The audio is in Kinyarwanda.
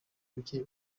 bucye